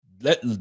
let